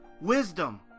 wisdom